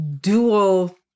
dual